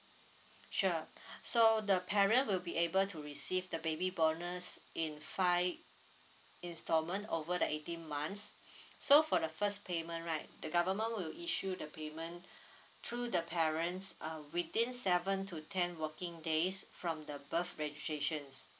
sure so the parent will be able to receive the baby bonus in five installment over the eighteen months so for the first payment right the government will issue the payment through the parents uh within seven to ten working days from the birth registration